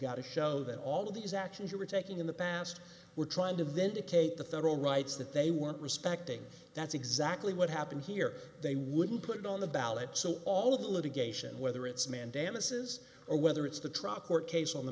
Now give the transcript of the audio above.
got to show that all of these actions you were taking in the past were trying to vindicate the federal rights that they weren't respecting that's exactly what happened here they wouldn't put it on the ballot so all of the litigation whether it's man dam it says or whether it's the truck court case on the